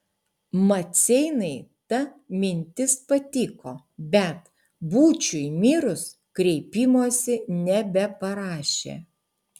maceinai ta mintis patiko bet būčiui mirus kreipimosi nebeparašė